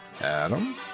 Adam